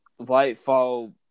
Whitefall